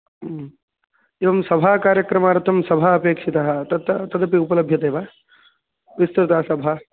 एवं सभाकार्यक्रमार्थं सभा अपेक्षिता तदपि उपलभ्यते वा विस्तृता सभा